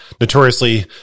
Notoriously